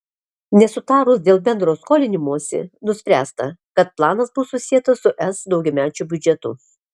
nesutarus dėl bendro skolinimosi nuspręsta kad planas bus susietas su es daugiamečiu biudžetu